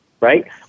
right